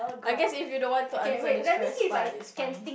I guess if you don't want to answer the stress part it's fine